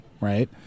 Right